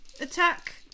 Attack